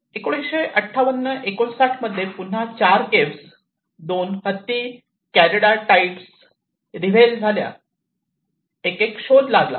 1958 1959 मध्ये पुन्हा 4 केव्ह दोन हत्ती कॅरिडा टाइड्स रीव्हल झाल्या एकेक शोध लागला